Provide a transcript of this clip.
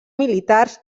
militars